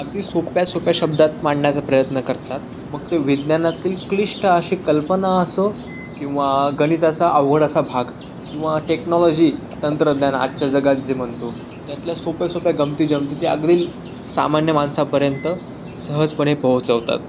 अगदी सोप्या सोप्या शब्दात मांडण्याचा प्रयत्न करतात मग ते विज्ञानातील क्लिष्ट अशी कल्पना असो किंवा गणिताचा अवघड असा भाग किंवा टेक्नोलॉजी तंत्रज्ञान आजच्या जगात जे म्हणतो त्यातल्या सोप्या सोप्या गमती जमती ते अगदी सामान्य माणसापर्यंत सहजपणे पोहोचवतात